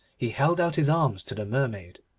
he held out his arms to the mermaid.